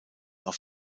auf